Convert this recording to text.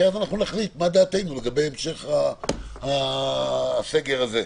כי אז אנחנו נחליט מה דעתנו לגבי המשך הסגר הזה.